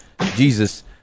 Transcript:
Jesus